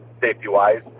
safety-wise